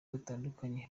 batandukanye